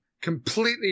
completely